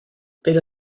pero